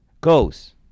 goes